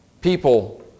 people